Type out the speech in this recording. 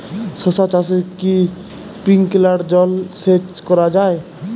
শশা চাষে কি স্প্রিঙ্কলার জলসেচ করা যায়?